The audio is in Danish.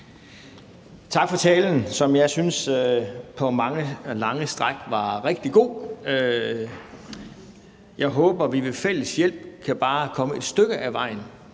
Tak for talen, som jeg på mange og lange stræk synes var rigtig god. Jeg håber, at vi med fælles hjælp kan komme bare et stykke af vejen